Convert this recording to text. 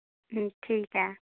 ठीक ठीक ऐ